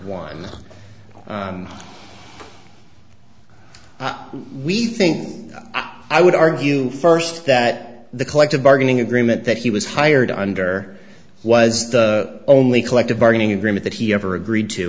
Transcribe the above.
one we think i would argue first that the collective bargaining agreement that he was hired under was the only collective bargaining agreement that he ever agreed to